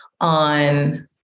on